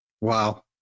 Wow